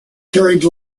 carried